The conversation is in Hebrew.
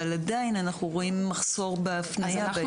אבל עדיין אנחנו רואים מחסור בהפניה --- אנחנו